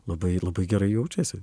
labai labai gerai jaučiasi